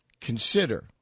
Consider